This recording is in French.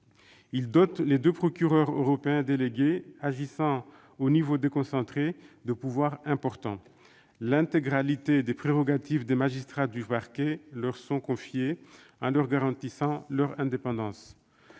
Il dote les deux procureurs européens délégués, agissant au niveau déconcentré, de pouvoirs importants. L'intégralité des prérogatives des magistrats du parquet leur sont confiées, leur indépendance